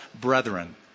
brethren